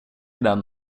den